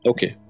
Okay